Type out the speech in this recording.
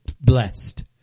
blessed